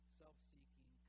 self-seeking